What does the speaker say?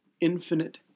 infinite